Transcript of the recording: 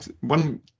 One